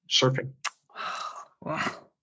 surfing